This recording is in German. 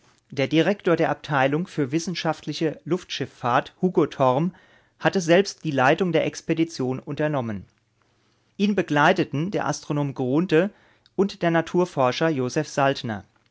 der direktor der abteilung für wissenschaftliche luftschiffahrt hugo torm hatte selbst die leitung der expedition unternommen ihn begleiteten der astronom grunthe und der naturforscher josef